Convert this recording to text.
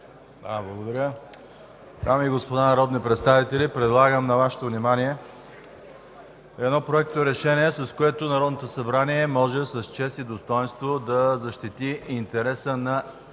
Благодаря. Дами и господа народни представители, предлагам на Вашето внимание едно проекторешение, с което Народното събрание може с чест и достойнство да защити интереса на гражданите,